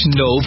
no